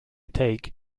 take